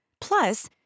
Plus